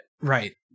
Right